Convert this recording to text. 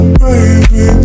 baby